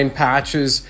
patches